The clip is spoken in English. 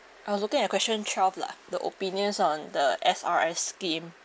I was looking at question twelve lah the opinions on the S_R_S scheme